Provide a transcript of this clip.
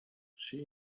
she